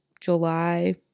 July